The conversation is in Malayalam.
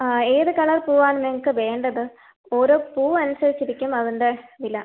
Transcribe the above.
ഏത് കളർ പൂവാണ് നിങ്ങൾക്ക് വേണ്ടത് ഓരോ പൂവ് അനുസരിച്ച് ഇരിക്കും അതിൻ്റെ വില